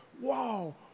whoa